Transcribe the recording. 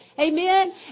Amen